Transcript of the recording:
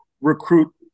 recruit